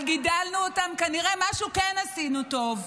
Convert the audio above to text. אבל כשגידלנו אותם, כנראה משהו כן עשינו טוב.